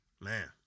Man